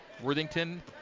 Worthington